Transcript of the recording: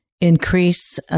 increase